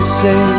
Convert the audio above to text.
say